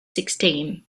sixteen